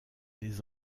les